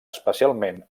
especialment